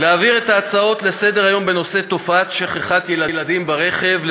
להעביר את ההצעות לסדר-היום בנושא: תופעת שכחת ילדים ברכב,